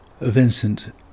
Vincent